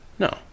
No